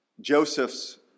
Joseph's